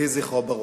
יהי זכרו ברוך.